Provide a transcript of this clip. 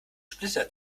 splitter